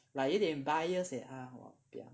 like 一点 biased leh 他 !wahpiang!